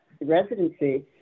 residency